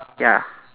ya